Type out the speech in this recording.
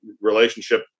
relationship